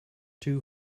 two